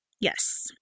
Yes